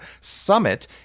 Summit